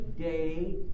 day